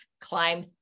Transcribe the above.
climb